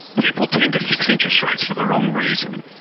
people tend to fix interest rates for the wrong reason.